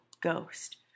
Ghost